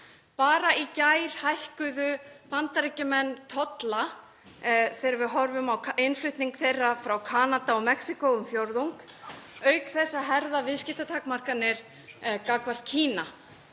Bara í gær hækkuðu Bandaríkjamenn tolla á innflutning þeirra frá Kanada og Mexíkó, um fjórðung auk þess að herða viðskiptatakmarkanir gagnvart Kína.